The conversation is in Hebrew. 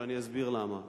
ואני אסביר למה.